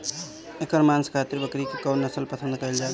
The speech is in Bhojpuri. एकर मांस खातिर बकरी के कौन नस्ल पसंद कईल जाले?